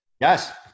yes